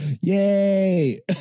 Yay